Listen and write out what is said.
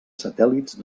satèl·lits